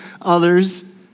others